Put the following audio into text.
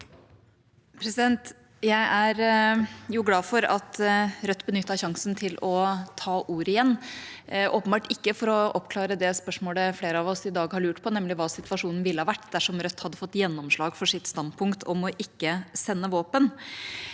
Jeg er glad for at Rødt benyttet sjansen til å ta ordet igjen, men det var åpenbart ikke for å oppklare det flere av oss i dag har lurt på, nemlig hva situasjonen ville ha vært dersom Rødt hadde fått gjennomslag for sitt standpunkt om ikke å sende våpen.